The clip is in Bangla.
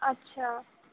আচ্ছা